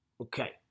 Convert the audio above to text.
Okay